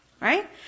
Right